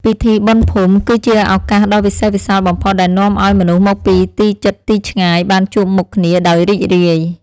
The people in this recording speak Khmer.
ពិធីបុណ្យភូមិ គឺជាឱកាសដ៏វិសេសវិសាលបំផុតដែលនាំឱ្យមនុស្សមកពីទីជិតទីឆ្ងាយបានជួបមុខគ្នាដោយរីករាយ។